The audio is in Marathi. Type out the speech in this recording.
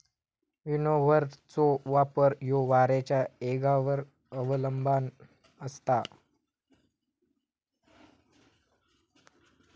विनोव्हरचो वापर ह्यो वाऱ्याच्या येगावर अवलंबान असता